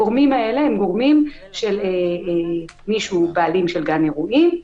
הגורמים האלה הם גורמים של מי שהוא בעלים של גן אירועים,